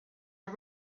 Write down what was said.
are